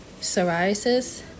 psoriasis